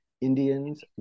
Indians